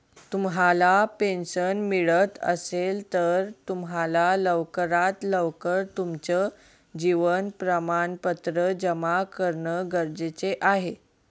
तुम्हाला पेन्शन मिळत असेल, तर तुम्हाला लवकरात लवकर तुमचं जीवन प्रमाणपत्र जमा करणं गरजेचे आहे